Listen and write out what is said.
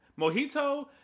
Mojito